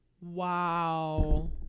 wow